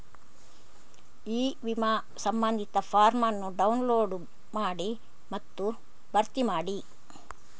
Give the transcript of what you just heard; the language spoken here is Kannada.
ಇ ವಿಮಾ ಸಂಬಂಧಿತ ಫಾರ್ಮ್ ಅನ್ನು ಡೌನ್ಲೋಡ್ ಮಾಡಿ ಮತ್ತು ಭರ್ತಿ ಮಾಡಿ